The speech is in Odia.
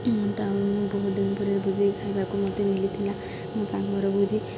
ତା ମୁଁ ବହୁତ ଦିନ ପରେ ଭୋଜି ଖାଇବାକୁ ମୋତେ ମିଲିଥିଲା ମୋ ସାଙ୍ଗର ଭୋଜି